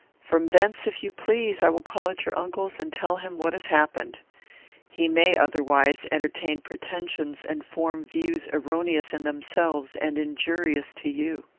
from thence, if you please, i will call at your uncle's, and tell him what has happened he may, otherwise, entertain pretensions and form views erroneous in themselves and injurious to you.